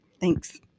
thanks